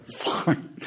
Fine